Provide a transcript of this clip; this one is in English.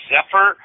Zephyr